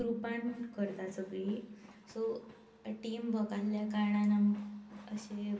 ग्रुपान करतात सगळीं सो टीम वर्क आसल्या कारणान आमकां अशें